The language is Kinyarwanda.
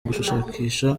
ugushakisha